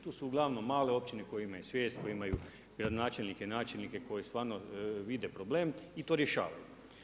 Tu su uglavnom male općine koje imaju svijest, koje imaju gradonačelnike, načelnike, koji stvarno vide problem, i to rješavaju.